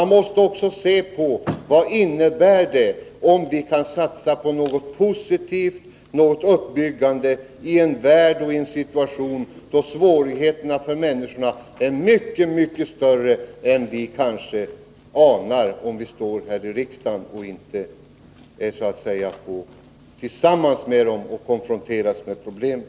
Man måste också se på vad det kan innebära om vi kan satsa på något positivt, något uppbyggande, i en situation där svårigheterna för människorna är mycket större än vi kanske anar, när vi står här i riksdagen och inte är tillsammans med människorna och konfronteras med problemen.